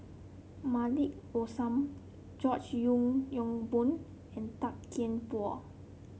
Maliki Osman George Yeo Yong Boon and Tan Kian Por